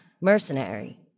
mercenary